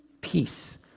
peace